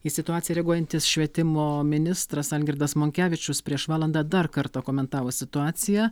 į situaciją reaguojantis švietimo ministras algirdas monkevičius prieš valandą dar kartą komentavo situaciją